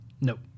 Nope